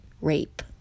rape